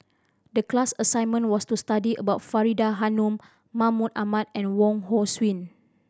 the class assignment was to study about Faridah Hanum Mahmud Ahmad and Wong Hong Suen